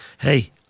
hey